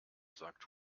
sagt